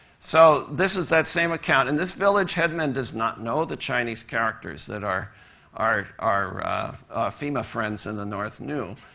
so this is that same account. and this village head man does not know the chinese characters that our our fema friends in the north knew.